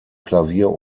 klavier